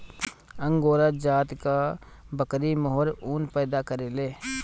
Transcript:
angora जाति कअ बकरी मोहेर ऊन पैदा करेले